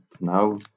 now